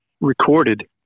recorded